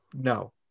no